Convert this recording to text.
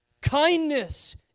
Kindness